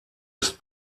ist